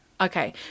Okay